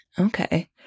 Okay